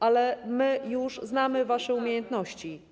Ale my już znamy wasze umiejętności.